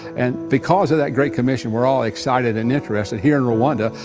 and because of that great commission, we're all excited and interested here in rwanda,